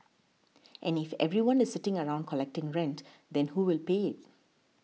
and if everyone is sitting around collecting rent then who will pay it